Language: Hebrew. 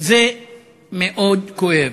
זה מאוד כואב.